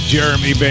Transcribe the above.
Jeremy